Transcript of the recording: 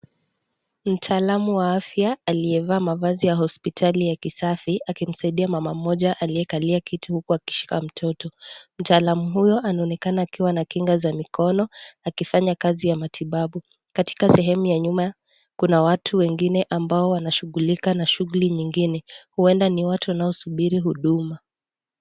Mtaalamu wa afya aliyevaa mavazi ya hospitali ya kisafi akimsaindia mama mmoja aliyekalia kiti huku akishika mtoto. Mtaalamu huyo anaonekana akiwa na kinga za mikono akifanya kazi ya matibabu. Katika sehemu ya nyuma kuna watu wengine ambao wanashughulika na shughuli nyingine. Huenda ni watu wanaosubiri huduma.